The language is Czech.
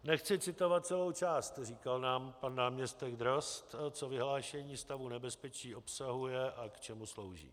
Nechci citovat celou část, říkal nám pan náměstek Drozd, co vyhlášení stavu nebezpečí obsahuje a k čemu slouží.